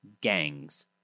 gangs